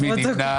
מי נמנע?